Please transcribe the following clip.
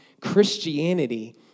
Christianity